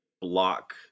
block